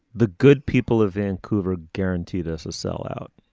the good people of vancouver guaranteed us a sell out